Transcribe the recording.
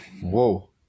whoa